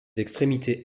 extrémités